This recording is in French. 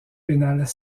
pénales